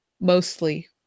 mostly